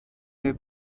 der